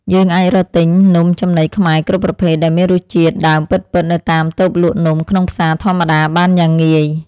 យើងអាចរកទិញនំចំណីខ្មែរគ្រប់ប្រភេទដែលមានរសជាតិដើមពិតៗនៅតាមតូបលក់នំក្នុងផ្សារធម្មតាបានយ៉ាងងាយ។